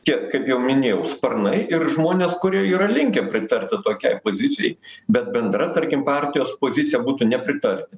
čia kaip jau minėjau sparnai ir žmonės kurie yra linkę pritarti tokiai pozicijai bet bendra tarkim partijos pozicija būtų nepritarti